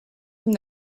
from